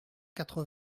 quatre